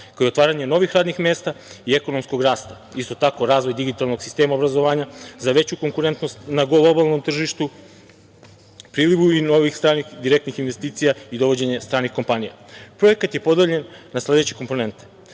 kao i otvaranje novih radnih mesta i ekonomskog rasta. Isto tako, razvoj digitalnog sistema obrazovanja za veću konkurentnost na globalnom tržištu, prilivu novih stranih i direktnih investicija i dovođenje stranih kompanija. Projekat je podeljen na sledeće komponente.